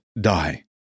die